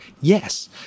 Yes